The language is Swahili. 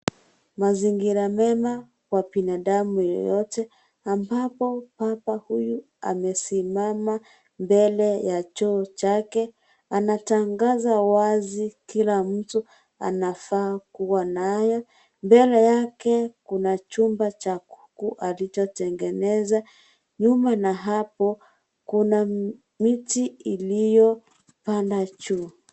Mazingira mema kwa binadamu yeyote ambapo baba huyu amesimama mbele ya choo chake , anatangaza wazi kila mtu anafaa kuwa naye . Mbele yake kuna chumba cha kuku halijatengeneza . Nyuma na hapo kuna miti iliyopanda juu.